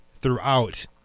throughout